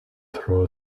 throw